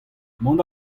mont